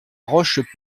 roche